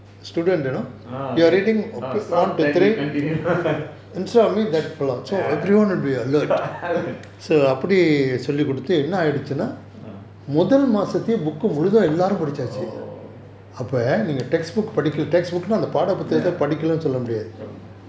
ah okay stop then continue ah oh